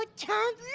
ah chance.